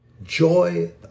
Joy